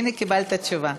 הנה, קיבלת תשובה.